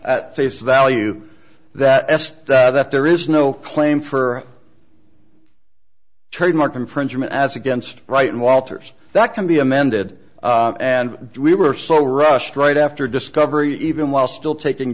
at face value that s that there is no claim for trademark infringement as against right walters that can be amended and we were so rushed right after discovery even while still taking